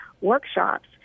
workshops